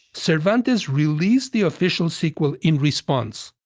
cervantes released the official sequel in response.